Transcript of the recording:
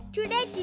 Today